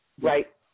Right